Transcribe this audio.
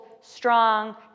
strong